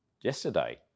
yesterday